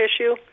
issue